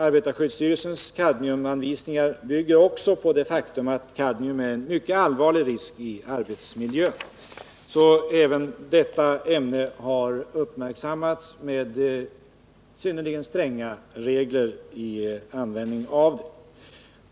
Arbetarskyddsstyrelsens kadmiumanvisningar bygger också på det faktum att kadmium är en mycket allvarlig risk i arbetsmiljön. Även detta ämne har alltså uppmärksammats med synnerligen stränga regler för användningen.